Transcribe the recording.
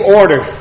order